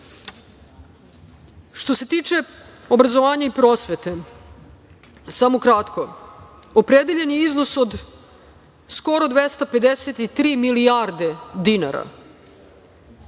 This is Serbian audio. se tiče obrazovanja i prosvete, samo kratko. Opredeljeno je iznos od skoro 253 milijarde dinara,